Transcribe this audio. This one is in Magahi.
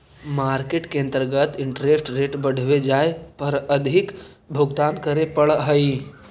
मार्केट के अंतर्गत इंटरेस्ट रेट बढ़वे जाए पर अधिक भुगतान करे पड़ऽ हई